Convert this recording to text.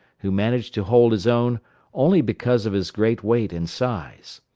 who managed to hold his own only because of his great weight and size.